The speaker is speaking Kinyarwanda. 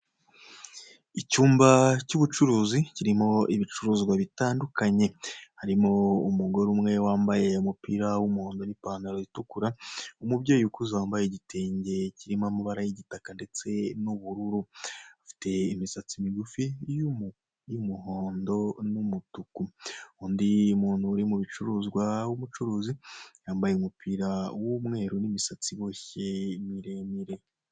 Icyumba cy'ucuruzi, kirimo ibicuruzwa bitandukanye. Harimo umugore umwe, wambaye umupira w'umuhondo n'ipantaro itukura. Umubyeyi ukuze, wambaye igitenge kirimo amabara y'igitaka ndetse n'ubururu. Afite imisatsi migufi, y'umuhondo ndetse n'umutuku. Undi muntu uri mu bicuruzwa, w'umucuruzi, yambaye umupira w'umweru, n'imisatsi iboshye, miremire.